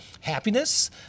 happiness